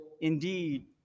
indeed